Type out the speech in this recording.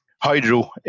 hydro